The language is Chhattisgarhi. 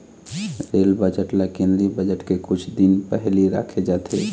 रेल बजट ल केंद्रीय बजट के कुछ दिन पहिली राखे जाथे